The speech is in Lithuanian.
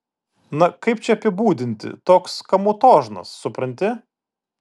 na kaip čia apibūdinti toks kamutožnas supranti